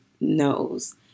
knows